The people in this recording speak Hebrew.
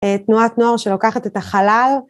תנועת נוער שלוקחת את החלל.